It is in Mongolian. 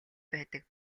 байдаг